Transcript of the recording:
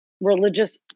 religious